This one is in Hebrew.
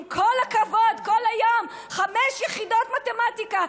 עם כל הכבוד, כל היום חמש יחידות מתמטיקה.